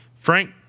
Frank